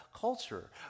culture